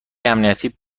امنیتی